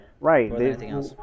right